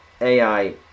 AI